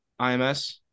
IMS